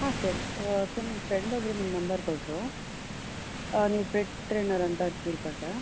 ಹಾಂ sir sir ನನ್ನ friend ಒಬ್ಬರು ನಿಮ್ಮ ನಂಬರ್ ಕೊಟ್ಟರು ನೀವು ಪೆಟ್ ಟ್ರೇನರ್ ಅಂತ ಕೇಳ್ಪಟ್ಟೆ